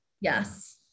Yes